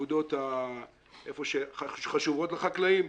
בנקודות החשובות לחקלאים.